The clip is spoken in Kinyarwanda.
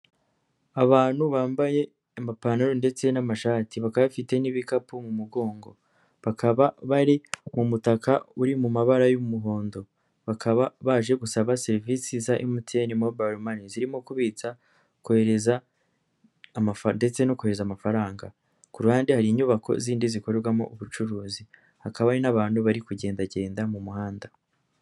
Abantu bambaye amapantaro ndetse n'amashati, bakaba bafite n'ibikapu mu mugongo, bakaba bari mu mutaka uri mu mabara y'umuhondo, bakaba baje gusaba serivisi za emutiyeni mobayiro mani zirimo kubitsa, kohereza, ndetse no kohereza amafaranga, ku ruhande hari inyubako zindi zikorerwamo ubucuruzi, hakaba hari n'abantu bari kugendagenda mu muhanda.